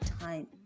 time